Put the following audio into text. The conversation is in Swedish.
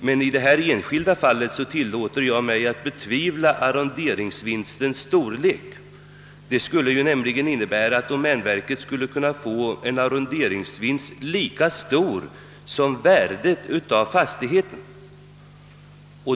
Men i detta enskilda fall tillåter jag mig betvivla arronderingsvinstens storlek. Om arronderingsvinsten varit så stor att den kunnat spela in på detta sätt skulle den nämligen ha motsvarat värdet av fastigheten.